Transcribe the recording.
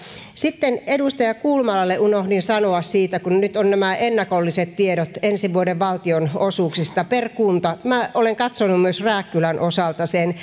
sitten edustaja kulmalalle unohdin sanoa siitä kun nyt on nämä ennakolliset tiedot ensi vuoden valtionosuuksista per kunta olen katsonut myös rääkkylän osalta sen